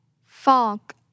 Fog